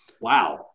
Wow